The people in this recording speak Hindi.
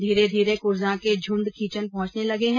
धीरे धीरे कुरजां के झुंड खीचन पहुंचने लगे हैं